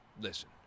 listen